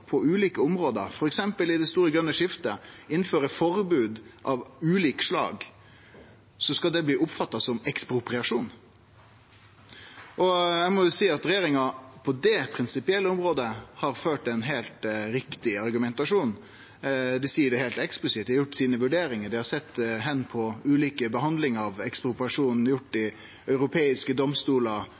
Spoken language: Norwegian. på ulike område, f.eks. i det store grøne skiftet, innfører forbod av ulike slag, så skal det bli oppfatta som ekspropriasjon? Eg må seie at regjeringa på det prinsipielle området har ført ein heilt riktig argumentasjon. Dei seier det heilt eksplisitt: Dei har gjort sine vurderingar, dei har sett på ulike behandlingar av ekspropriasjon i europeiske domstolar,